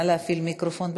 נא להפעיל מיקרופון.